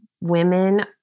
women